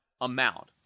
amount